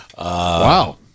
Wow